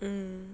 mm